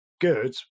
good